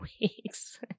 weeks